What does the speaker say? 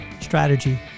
strategy